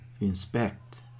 inspect